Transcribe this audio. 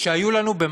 שהיו לנו על